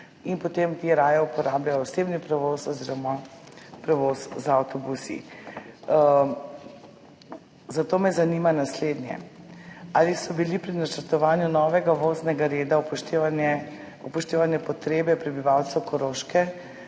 in potem ti raje uporabljajo osebni prevoz oziroma prevoz z avtobusi. Zato me zanima naslednje: Ali so bile pri načrtovanju novega voznega reda upoštevane potrebe prebivalcev Koroške